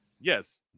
Yes